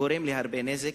זה גורם הרבה נזק